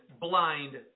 blind